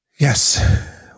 Yes